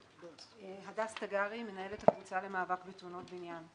הדס תגרי, מנהלת הקבוצה למאבק בתאונות בניין.